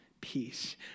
peace